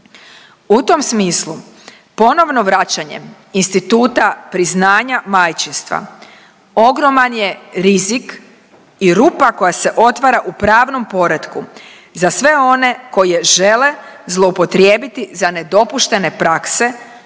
U tom smislu, ponovno vraćanje instituta priznanja majčinstva ogroman je rizik i rupa koja se otvara u pravnom poretku za sve one koje žele zloupotrijebiti za nedopuštene prakse,